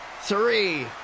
three